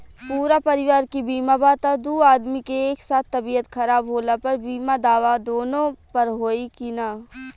पूरा परिवार के बीमा बा त दु आदमी के एक साथ तबीयत खराब होला पर बीमा दावा दोनों पर होई की न?